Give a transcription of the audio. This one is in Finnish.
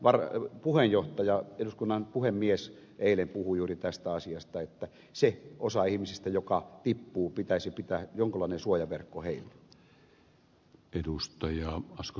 itse asiassa eduskunnan puhemies eilen puhui juuri tästä asiasta että sille osalle ihmisiä joka tippuu pitäisi säilyttää jonkunlainen suojaverkko